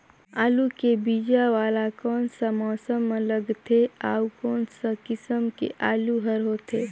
आलू के बीजा वाला कोन सा मौसम म लगथे अउ कोन सा किसम के आलू हर होथे?